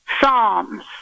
Psalms